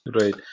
Right